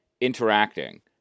interacting